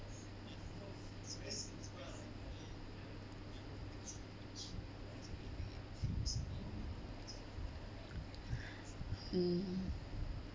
mm